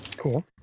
Cool